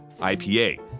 IPA